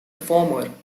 former